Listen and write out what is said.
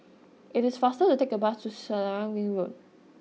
it is faster to take a bus to Selarang Ring Road